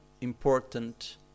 important